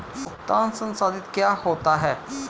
भुगतान संसाधित क्या होता है?